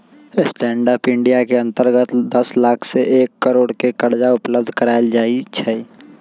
stand up India के अंतर्गत दस लाख से एक करोड़ के करजा उपलब्ध करायल जाइ छइ